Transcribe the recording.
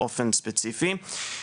באופן ספציפי,